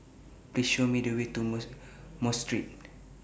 Please Show Me The Way to Mosque Street